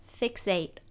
fixate